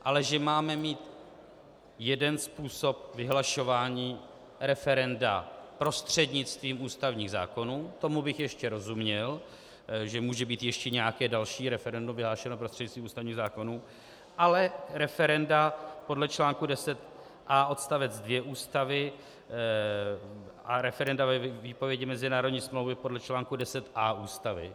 Ale že máme mít jeden způsob vyhlašování referenda prostřednictvím ústavních zákonů, tomu bych ještě rozuměl, že může být ještě nějaké další referendum vyhlášeno prostřednictvím ústavních zákonů, ale referenda podle článku 10a odst. 2 Ústavy a referenda ve výpovědi mezinárodní smlouvy podle článku 10a Ústavy.